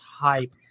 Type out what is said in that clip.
hype